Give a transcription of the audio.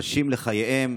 חוששים לחייהם.